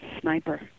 sniper